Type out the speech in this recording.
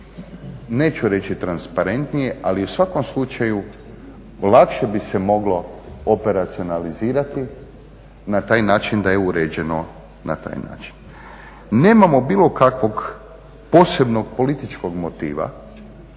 neću reći transparentnije, ali u svakom slučaju lakše bi se moglo operacionalizirati na taj način da je uređeno na taj način. Nemamo bilo kakvog posebnog političkog motiva